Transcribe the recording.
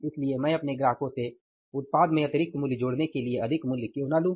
इसलिए मैं अपने ग्राहकों से उत्पाद में अतिरिक्त मूल्य जोड़ने के लिए अधिक मूल्य क्यों ना लूं